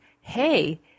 Hey